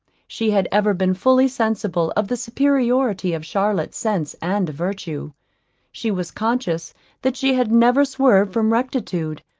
she had ever been fully sensible of the superiority of charlotte's sense and virtue she was conscious that she had never swerved from rectitude,